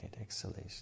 exhalation